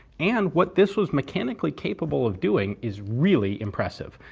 and what this was mechanically capable of doing is really impressive.